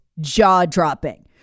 jaw-dropping